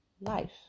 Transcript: life